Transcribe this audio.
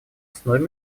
основе